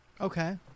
Okay